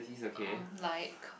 on like